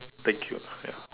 thank you ah ya